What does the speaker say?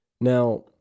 Now